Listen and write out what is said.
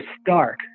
stark